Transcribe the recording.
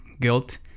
guilt